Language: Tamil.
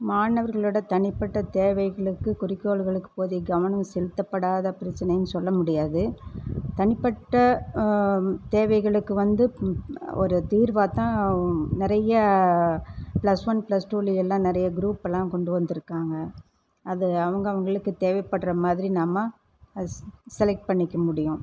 மாணவர்களோட தனிப்பட்ட தேவைகளுக்கு குறிக்கோள்களுக்கு போதிய கவனம் செலுத்தப்படாத பிரச்சினைன்னு சொல்ல முடியாது தனிப்பட்ட தேவைகளுக்கு வந்து ஒரு தீர்வாகத்தான் நிறையா ப்ளஸ் ஒன் ப்ளஸ் டூவில் எல்லாம் நிறையா க்ருப்பெல்லாம் கொண்டு வந்திருக்காங்க அது அவங்கவங்களுக்கு தேவைப்படுகிற மாதிரி நம்ம அது செலெக்ட் பண்ணிக்க முடியும்